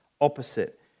opposite